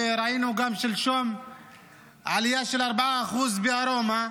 וראינו שלשום עלייה של 4% גם בארומה.